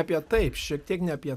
apie taip šiek tiek ne apie